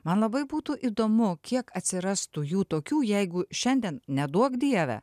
man labai būtų įdomu kiek atsirastų jų tokių jeigu šiandien neduok dieve